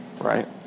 right